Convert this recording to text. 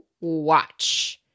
watch